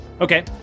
Okay